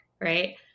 right